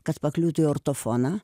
kad pakliūtų į ortofoną